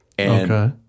Okay